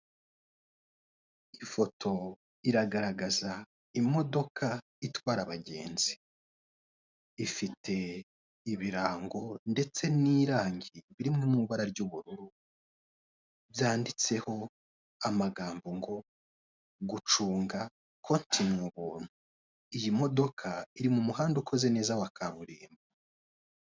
Ifoto iragaragaza imodoka itwara abagenzi ifite ibirango ndetse n'irange biri mu ibara ry'ubururu byanditseho amagambo ngo gucunga konti ni ubuntu. Iyi modoka iri mu muhanda ukoze neza wa kaburimbo.